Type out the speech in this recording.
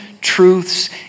truths